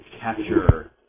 capture